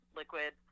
liquid